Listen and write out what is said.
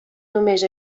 només